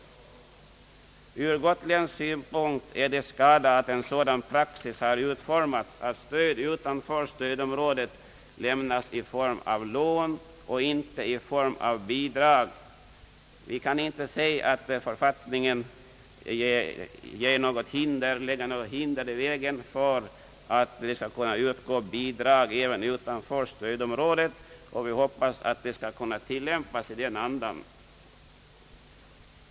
Ur gotländsk synpunkt är det skada att en sådan praxis har utformats att stöd utanför stödområdet lämnas i form av lån och inte i form av bidrag. Vi kan inte se att författningen lägger hinder i vägen för att det skall kunna utgå bidrag även utanför stödområdet, och vi hoppas att bestämmelserna skall kunna tillämpas i den andan.